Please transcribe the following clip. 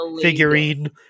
figurine